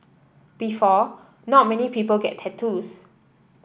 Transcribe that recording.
before not many people get tattoos